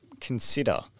consider